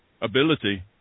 ability